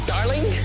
Darling